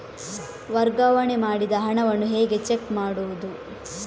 ವರ್ಗಾವಣೆ ಮಾಡಿದ ಹಣವನ್ನು ಹೇಗೆ ಚೆಕ್ ಮಾಡುವುದು?